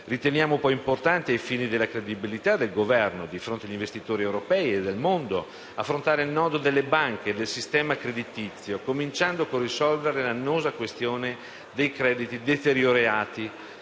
Riteniamo poi importante, ai fini della credibilità del nostro Governo di fronte agli investitori europei e del mondo, affrontare il nodo delle banche e del sistema creditizio, cominciando col risolvere l'annosa questione dei crediti deteriorati,